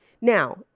Now